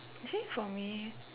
actually for me